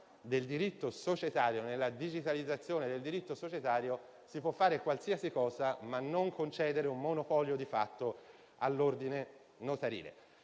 nella riforma e nella digitalizzazione del diritto societario si può fare qualsiasi cosa, ma non concedere un monopolio di fatto all'ordine notarile.